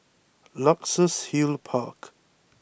Luxus Hill Park